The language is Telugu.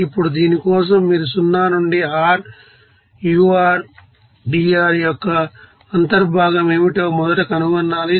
ఇప్పుడు దీని కోసం మీరు 0 నుండి R ur dr యొక్క అంతర్భాగం ఏమిటో మొదట కనుగొనాలి